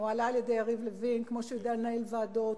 היא נוהלה על-ידי יריב לוין כמו שהוא יודע לנהל ישיבות ועדות,